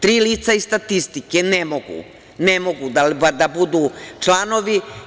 Tri lica iz statistike ne mogu da budu članovi.